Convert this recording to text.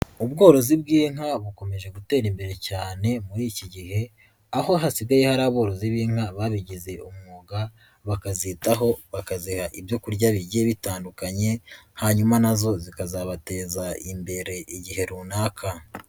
Ubworozi bw'inka bukomeje gutera imbere cyane muri iki gihe aho hasigaye hari aborozi b'inka babigize umwuga, bakazitaho, bakaziha ibyo kurya bigiye bitandukanye hanyuma nazo zikazabateza imbere igihe runaka.